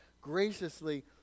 graciously